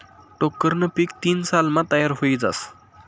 टोक्करनं पीक तीन सालमा तयार व्हयी जास